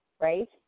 Right